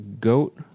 goat